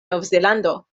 novzelando